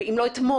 אם לא אתמול.